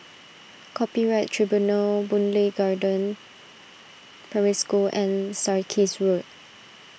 Copyright Tribunal Boon Lay Garden Primary School and Sarkies Road